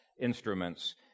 instruments